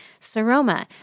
seroma